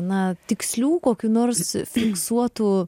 na tikslių kokių nors fiksuotų